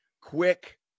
quick